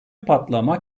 patlama